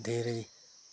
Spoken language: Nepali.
धेरै